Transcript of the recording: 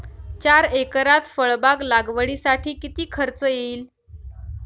चार एकरात फळबाग लागवडीसाठी किती खर्च येईल?